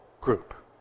group